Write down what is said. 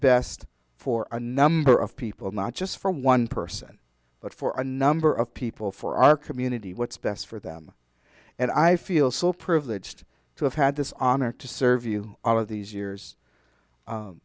best for a number of people not just for one person but for a number of people for our community what's best for them and i feel so privileged to have had this honor to serve you all of these years